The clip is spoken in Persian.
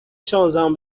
شانزدهم